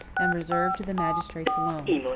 and reserved to the magistrates alone.